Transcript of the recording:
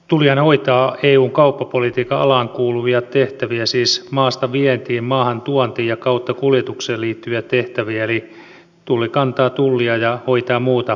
tullihan hoitaa eun kauppapolitiikan alaan kuuluvia tehtäviä siis maastavientiin maahantuontiin ja kauttakuljetukseen liittyviä tehtäviä eli tulli kantaa tullia ja hoitaa muuta tullitoimintaa